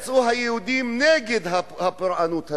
היהודים יצאו נגד הפורענות הזאת.